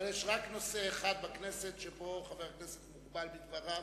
אבל יש רק נושא אחד בכנסת שבו חבר הכנסת מוגבל בדבריו,